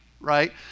right